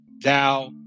Thou